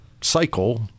cycle